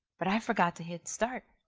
but i forgot to hit start.